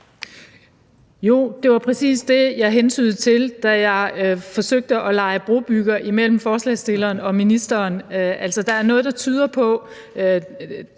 det var præcis det, jeg hentydede til, da jeg forsøgte at lege brobygger imellem forslagsstillerne og ministeren. Altså, der er noget, der tyder på